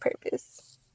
purpose